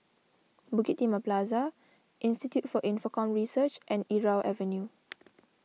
Bukit Timah Plaza Institute for Infocomm Research and Irau Avenue